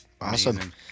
Awesome